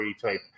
type